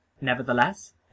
Nevertheless